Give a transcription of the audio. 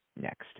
next